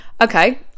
okay